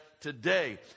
today